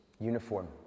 uniform